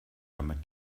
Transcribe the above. damit